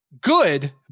good